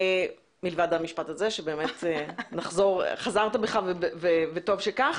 מלבד המשפט הזה שבאמת חזרת בך, וטוב שכך.